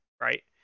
right